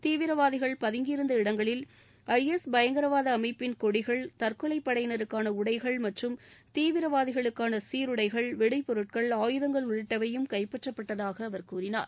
தீவிரவாதிகள் பதுங்கியிருந்த இடங்களில் ஐஎஸ் பயங்கரவாத அமைப்பின் கொடிகள் தற்கொலை படையினருக்கான உடைகள் மற்றும் தீவிரவாதிகளுக்கான சீருடைகள் வெடி பொருட்கள் ஆயுதங்கள் உள்ளிட்டவையும் கைப்பற்றப்பட்டதாக அவர் கூறினார்